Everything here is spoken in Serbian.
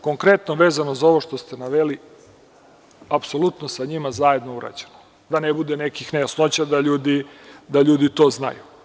Konkretno vezano za ovo što ste naveli, apsolutno je sa njima zajedno urađeno, da ne bude nekih nejasnoća, da ljudi to znaju.